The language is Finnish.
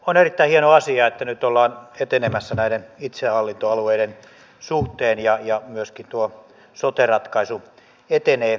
olen erittäin tyytyväinen että nyt ollaan etenemässä näiden itsehallintoalueiden suhteen liikenneverkon korjausvelan vähentäminen on yksi hallituksen kärkihankkeista